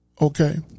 Okay